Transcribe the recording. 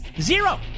zero